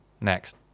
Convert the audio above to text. next